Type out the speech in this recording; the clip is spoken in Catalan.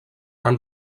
han